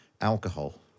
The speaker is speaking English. alcohol